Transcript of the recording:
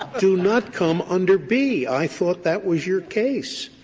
do not come under b. i thought that was your case.